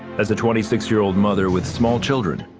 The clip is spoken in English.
as a twenty six year old mother with small children,